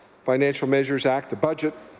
financial measures act, the budget,